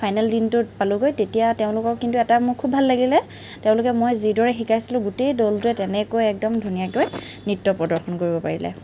final দিনটোত পালোঁগৈ তেতিয়া তেওঁলোকৰ কিন্তু এটা মোৰ খুব ভাল লাগিলে তেওঁলোকে মই যিদৰে শিকাইছিলোঁ গোটেই দলটোৱে তেনেকৈয়ে একদম ধুনীয়াকৈ নৃত্য প্ৰদৰ্শন কৰিব পাৰিলে